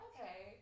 Okay